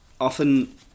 often